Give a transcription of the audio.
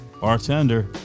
Bartender